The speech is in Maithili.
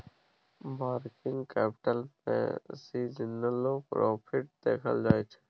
वर्किंग कैपिटल में सीजनलो प्रॉफिट देखल जाइ छइ